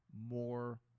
more